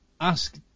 ask